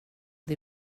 det